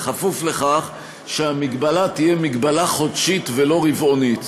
כפוף לכך שהמגבלה תהיה חודשית ולא רבעונית.